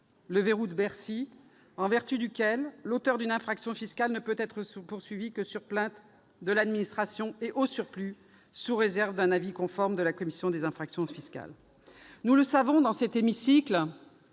des procédures fiscales, en vertu duquel l'auteur d'une infraction fiscale ne peut être poursuivi que sur plainte de l'administration et, au surplus, sous réserve d'un avis conforme de la commission des infractions fiscales, la CIF. Nous le connaissons dans cet hémicycle,